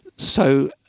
so